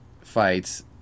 fights